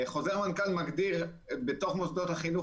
חוזר מנכ"ל מגדיר בתוך מוסדות החינוך